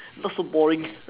not so boring